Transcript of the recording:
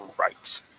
right